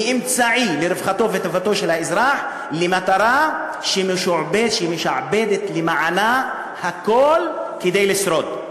מאמצעי לרווחתו וטובתו של האזרח למטרה שמשעבדת למענה הכול כדי לשרוד.